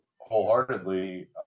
wholeheartedly